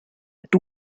two